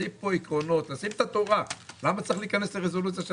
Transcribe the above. למה צריך להיכנס לרזולוציות של